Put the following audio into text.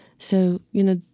so, you know,